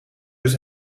dus